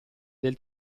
del